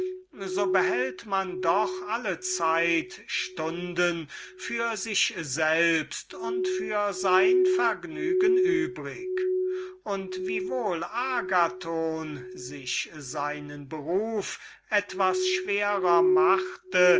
so behält man doch allezeit stunden für sich selbst und für sein vergnügen übrig und obgleich agathon sich seinen beruf etwas schwerer machte